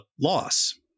loss